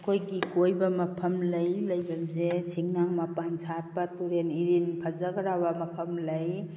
ꯑꯩꯈꯣꯏꯒꯤ ꯀꯣꯏꯕ ꯃꯐꯝ ꯂꯩ ꯂꯩꯐꯝꯁꯦ ꯁꯤꯡꯅꯥꯡ ꯃꯄꯥꯟ ꯁꯥꯠꯄ ꯇꯨꯔꯦꯟ ꯏꯔꯤꯜ ꯐꯖꯈ꯭ꯔꯕ ꯃꯐꯝ ꯂꯩ